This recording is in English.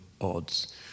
odds